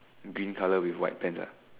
green colour with white pants ah